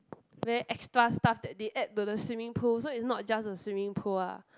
very extra stuff that they add to the swimming pool so it's not just a swimming pool ah